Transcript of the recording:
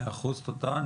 מאה אחוז, תודה.